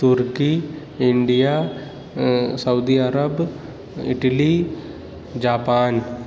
turkey India Saudi Arab Italy Japan